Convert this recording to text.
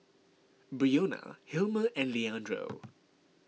Brionna Hilmer and Leandro